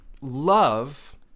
love